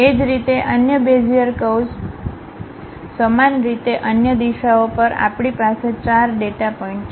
એ જ રીતે અન્ય બેઝીઅર કર્વ્સ બીઝિયર કર્વ્સ સમાન રીતે અન્ય દિશાઓ પર આપણી પાસે 4 ડેટા પોઇન્ટ છે